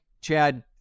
Chad